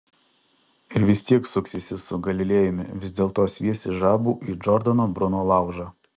ir vis tiek suksiesi su galilėjumi vis dėlto sviesi žabų į džordano bruno laužą